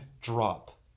drop